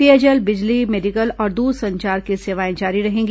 पेयजल बिजली मेडिकल और दूरसंचार की सेवाएं जारी रहेगी